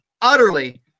utterly